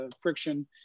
friction